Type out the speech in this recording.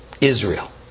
Israel